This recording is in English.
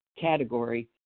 category